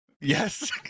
yes